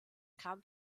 kam